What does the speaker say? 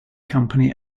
company